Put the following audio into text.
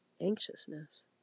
anxiousness